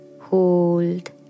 Hold